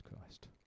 Christ